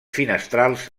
finestrals